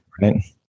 right